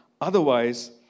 otherwise